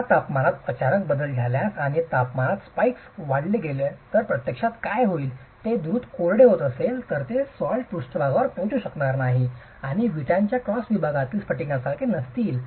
आता तापमानात अचानक बदल झाल्यास आणि तापमानात स्पाइक्स वाढत गेले तर प्रत्यक्षात काय होईल ते द्रुत कोरडे होत असेल तर ते सॉल्ट पृष्ठभागावर पोहोचू शकणार नाहीत आणि विटांच्या क्रॉस विभागातच स्फटिकासारखे बनतील